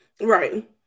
Right